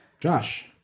Josh